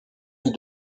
cie